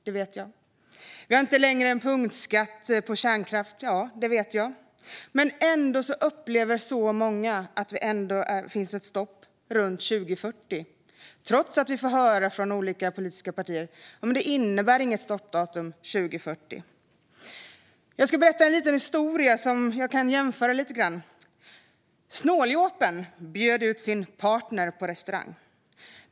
Jag vet också att vi inte längre har en punktskatt på kärnkraft. Men ändå upplever många att det finns ett stopp runt 2040, trots att man får höra från olika politiska partier att det inte innebär något stoppdatum 2040. Jag ska berätta en liten historia och göra en jämförelse. Snåljåpen bjuder ut sin partner på restaurang.